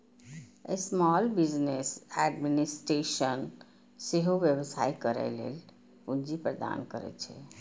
small business administration सेहो व्यवसाय करै लेल पूंजी प्रदान करै छै